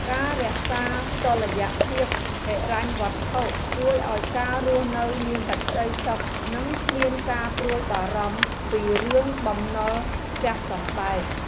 ការរក្សាតុល្យភាពហិរញ្ញវត្ថុជួយឱ្យការរស់នៅមានសេចក្ដីសុខនិងគ្មានការព្រួយបារម្ភពីរឿងបំណុលផ្ទះសម្បែង។